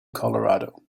colorado